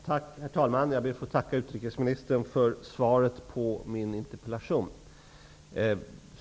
Herr talman! Jag ber att få tacka utrikesministern för svaret på min interpellation.